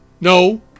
No